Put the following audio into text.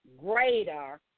Greater